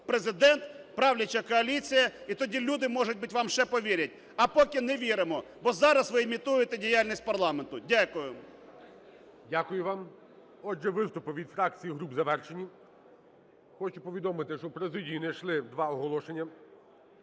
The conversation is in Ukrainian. Президент, правляча коаліція. І тоді люди, может быть, вам ще повірять. А поки – не віримо, бо зараз ви імітуєте діяльність парламенту. Дякуємо. ГОЛОВУЮЧИЙ. Дякую вам. Отже, виступи від фракцій і груп завершені. Хочу повідомити, що в президію надійшли два оголошення,